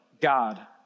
God